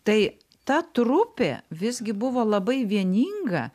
tai ta trupė visgi buvo labai vieninga